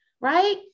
right